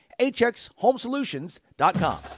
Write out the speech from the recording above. hxhomesolutions.com